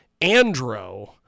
Andro